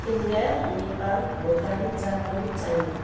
India Nepal Bhutan Japan China